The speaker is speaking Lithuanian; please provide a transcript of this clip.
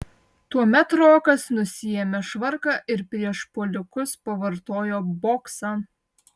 tuomet rokas nusiėmė švarką ir prieš puolikus pavartojo boksą